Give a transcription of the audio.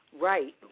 right